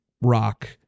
rock